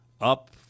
up